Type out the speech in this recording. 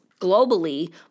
globally